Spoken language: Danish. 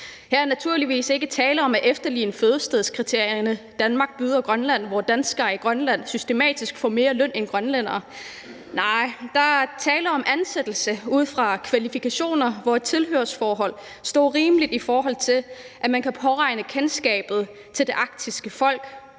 her er naturligvis ikke tale om at efterligne det fødestedskriterium, som Danmark byder Grønland, og som betyder, at danskere i Grønland systematisk får mere i løn end grønlændere. Nej, der er tale om ansættelse ud fra kvalifikationer, hvor tilhørsforholdet står i rimeligt forhold til, at man kan påregne kendskab til det arktiske folk,